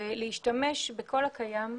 ולהשתמש בכל הקיים,